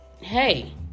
hey